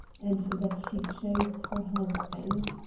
and that she chose her husband.